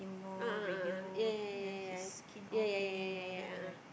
a'ah a'ah ya ya ya ya ya ya ya ya ya ya ya a'ah